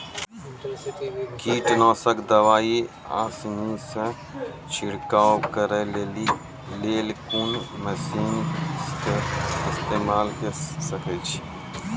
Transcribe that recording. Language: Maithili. कीटनासक दवाई आसानीसॅ छिड़काव करै लेली लेल कून मसीनऽक इस्तेमाल के सकै छी?